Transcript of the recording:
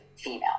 female